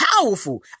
powerful